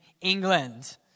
England